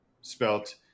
spelt